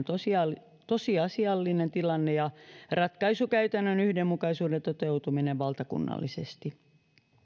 tosiasiallinen tosiasiallinen tilanne ja ratkaisukäytännön yhdenmukaisuuden toteutuminen valtakunnallisesti